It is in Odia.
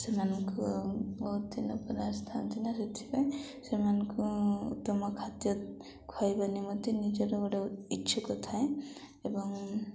ସେମାନଙ୍କୁ ବହୁତ ଦିନ ପରେ ଆସିଥାନ୍ତି ନା ସେଥିପାଇଁ ସେମାନଙ୍କୁ ଉତ୍ତମ ଖାଦ୍ୟ ଖାଇବା ନିମନ୍ତେ ନିଜର ଗୋଟେ ଇଚ୍ଛୁକ ଥାଏ ଏବଂ